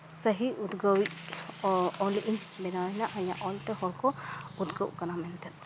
ᱥᱟᱹᱦᱤ ᱩᱫᱽᱜᱟᱹᱣᱤᱡᱽ ᱚᱼᱚᱞᱤᱡᱽ ᱤᱧ ᱵᱮᱱᱟᱣᱮᱱᱟ ᱤᱧᱟᱹᱜ ᱚᱞᱛᱮ ᱦᱚᱲ ᱠᱚ ᱩᱫᱽᱜᱟᱹᱜ ᱠᱟᱱᱟ ᱢᱮᱱᱛᱮᱫ